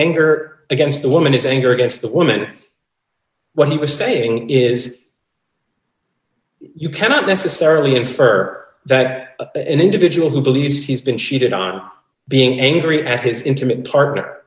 anger against the woman his anger against the woman what he was saying is you cannot necessarily infer that an individual who believes he's been cheated on being angry at his intimate partner